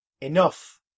Enough